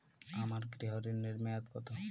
আমার গৃহ ঋণের মেয়াদ কত?